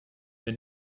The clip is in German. wenn